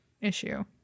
issue